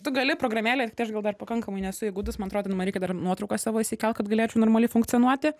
tu gali programėlėj tiktai aš gal dar pakankamai nesu įgudus man atrodo ten man reikia dar nuotrauką savo įsikelt kad galėčiau normaliai funkcionuoti